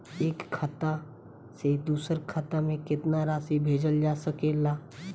एक खाता से दूसर खाता में केतना राशि भेजल जा सके ला?